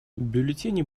бюллетени